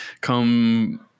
come